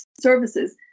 services